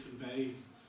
conveys